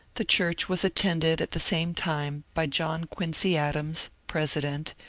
the church was attended at the same time by john quincy adams, president,